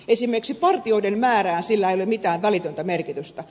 esimerkiksi partioiden määrälle sillä ei ole mitään välitöntä merkitystä